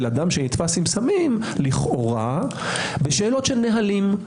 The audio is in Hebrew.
אדם שנתפס עם סמים לכאורה בשאלות של נהלים.